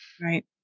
Right